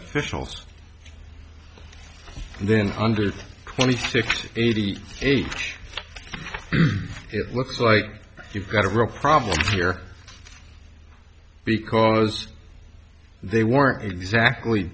officials then hundred twenty six eighty eight it looks like you've got a real problem here because they weren't exactly